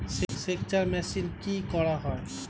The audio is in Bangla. সেকচার মেশিন কি করা হয়?